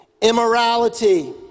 immorality